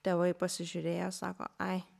tėvai pasižiūrėjo sako ai